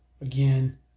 again